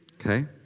Okay